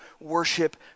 worship